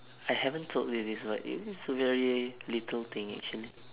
I haven't told you this but it was very little thing actually